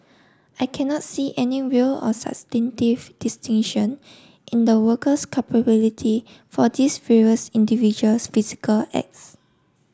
I cannot see any will or substantive distinction in the worker's culpability for these various individuals physical acts